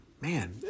man